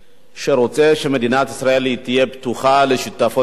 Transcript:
שרוצה שמדינת ישראל תהיה פתוחה לשיטפון של אפריקנים.